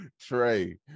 trey